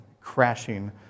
crashing